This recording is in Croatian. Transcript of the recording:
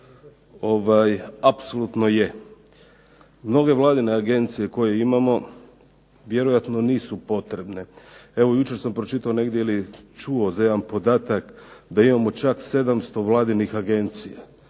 Apsolutno je. Mnoge Vladine agencije koje imamo vjerojatno nisu potrebne. Evo jučer sam pročitao negdje ili čuo za jedan podatak da imamo čak 700 Vladinih agencija.